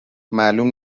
معلوم